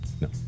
No